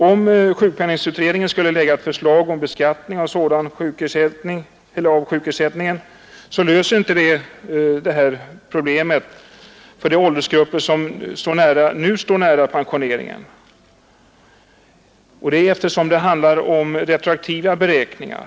Om sjukpenningut Onsdagen den redningen skulle framlägga ett förslag om beskattning av sådan sjukersätt 17 november 1971 ning, löser det inte problemet för de åldersgrupper som nu står nära ——— pensioneringen, eftersom det handlar om retroaktiva beräkningar.